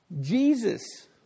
Jesus